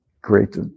great